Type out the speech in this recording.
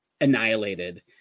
annihilated